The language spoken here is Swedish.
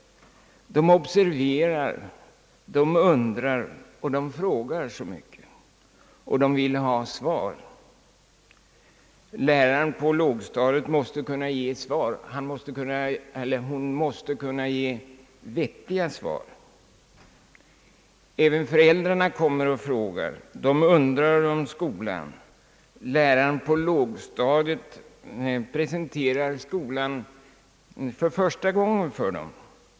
De observerar, de undrar och de frågar så mycket. Och de vill ha svar. Läraren på lågstadiet måste kunna ge svar, och hon måste kunna ge vettiga svar. Även föräldrarna kommer och frågar. De undrar om skolan. Läraren på lågstadiet presenterar skolan för första gången för dem.